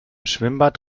schwimmbad